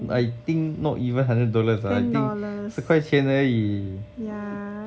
I think not even hundred dollars lah I think 十块钱而已